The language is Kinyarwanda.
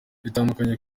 bitandukanye